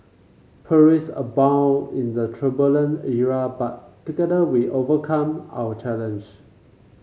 perils abound in that turbulent era but together we overcame our challenge